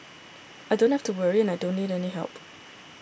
I don't have to worry and I don't need any help